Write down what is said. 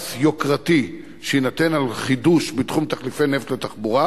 פרס יוקרתי שיינתן על חידוש בתחום תחליפי נפט לתחבורה.